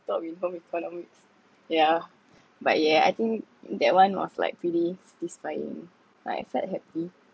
top in home economics yeah but yeah I think that one was like really satisfying like I felt happy